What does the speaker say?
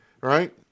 right